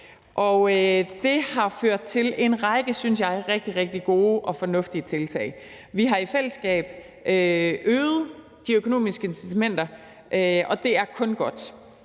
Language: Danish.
og det har ført til en række, synes jeg, rigtig, rigtig gode og fornuftige tiltag. Vi har i fællesskab øget de økonomiske incitamenter, og det er kun godt.